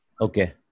Okay